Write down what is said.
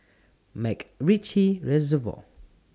Macritchie Reservoir